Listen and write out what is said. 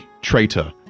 Traitor